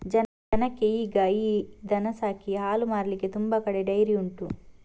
ಜನಕ್ಕೆ ಈಗ ಈ ದನ ಸಾಕಿ ಹಾಲು ಮಾರ್ಲಿಕ್ಕೆ ತುಂಬಾ ಕಡೆ ಡೈರಿ ಉಂಟು